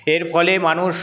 এর ফলে মানুষ